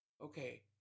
Okay